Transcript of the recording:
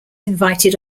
invited